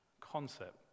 concept